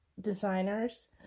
designers